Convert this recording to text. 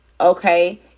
Okay